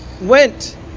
went